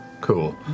Cool